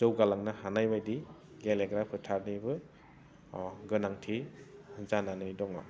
जौगालांनो हानाय बायदि गेलेग्रा फोथारनिबो गोनांथि जानानै दङ